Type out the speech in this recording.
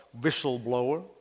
whistleblower